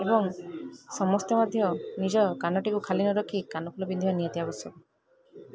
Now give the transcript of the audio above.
ଏବଂ ସମସ୍ତେ ମଧ୍ୟ ନିଜ କାନଟିକୁ ଖାଲି ନ ରଖି କାନଫୁଲ ପିନ୍ଧିବା ନିହାତି ଆବଶ୍ୟକ